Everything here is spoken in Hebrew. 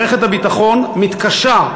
מערכת הביטחון מתקשה,